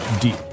deep